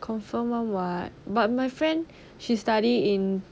confirm [one] [what] but my friend she study in